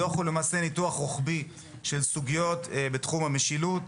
הדוח הוא למעשה דוח רוחבי של סוגיות בתחום המשילות,